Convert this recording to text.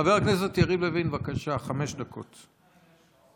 חבר הכנסת יריב לוין, בבקשה, חמש דקות לסעיף